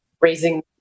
raising